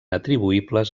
atribuïbles